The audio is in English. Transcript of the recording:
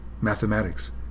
mathematics